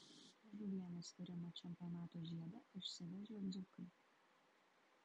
žuvienės virimo čempiono žiedą išsivežė dzūkai